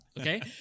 Okay